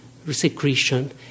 secretion